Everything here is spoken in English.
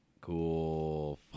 Cool